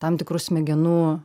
tam tikrus smegenų